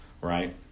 right